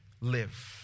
live